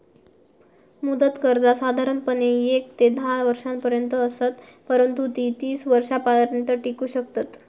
मुदत कर्जा साधारणपणे येक ते धा वर्षांपर्यंत असत, परंतु ती तीस वर्षांपर्यंत टिकू शकतत